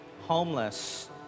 homeless